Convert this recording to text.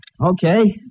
Okay